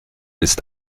ist